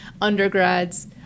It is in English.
undergrads